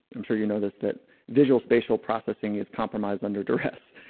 i'm sure you know this that visual, spatial processing is compromise under duress.